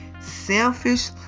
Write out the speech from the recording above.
selfish